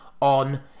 on